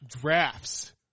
Drafts